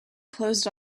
closed